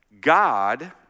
God